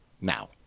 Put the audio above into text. Now